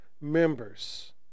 members